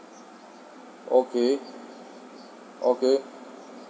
okay okay